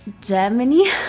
Germany